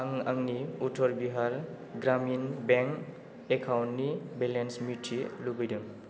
आं आंनि उत्तर बिहार ग्रामिन बेंक एकाउन्टनि बेलेन्स मिथिनो लुबैदों